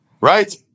Right